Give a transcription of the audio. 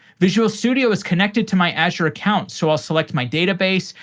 visual studio is connected to my azure account, so i'll select my database.